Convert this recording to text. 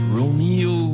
Romeo